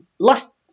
Last